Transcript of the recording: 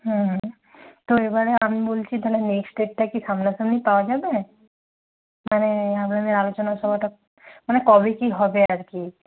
হুম হ্যাঁ তো এবারে আমি বলছি তাহলে নেক্সট ডেটটা কি সামনা সামনি পাওয়া যাবে মানে আপনাদের আলোচনা সভাটা মানে কবে কি হবে আর কি